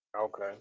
Okay